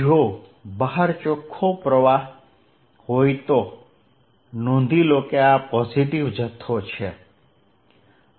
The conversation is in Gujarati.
જો બહાર ચોખ્ખો પ્રવાહ હોય તો નોંધ લો કે આ પોઝિટિવ જથ્થો છે